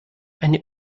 eine